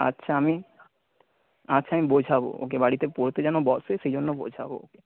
আচ্ছা আমি আচ্ছা আমি বোঝাব ওকে বাড়িতে পড়তে যেন বসে সেই জন্য বোঝাব ওকে